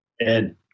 Ed